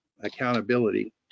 accountability